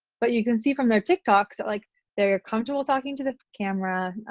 but you can see from their tiktoks like they're comfortable talking to the camera,